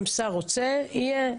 אם שר רוצה, יהיה.